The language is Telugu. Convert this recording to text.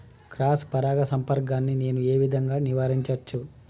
క్రాస్ పరాగ సంపర్కాన్ని నేను ఏ విధంగా నివారించచ్చు?